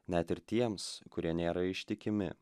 net ir tiems kurie nėra ištikimi